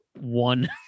one